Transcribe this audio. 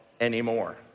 anymore